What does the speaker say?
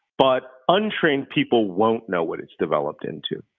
but untrained people won't know what it's developed into.